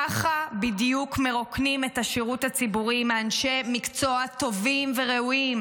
ככה בדיוק מרוקנים את השירות הציבורי מאנשי מקצוע טובים וראויים